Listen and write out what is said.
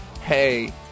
Hey